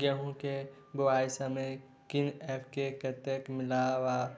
गेंहूँ केँ बुआई समय एन.पी.के कतेक